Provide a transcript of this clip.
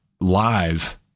live